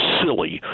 silly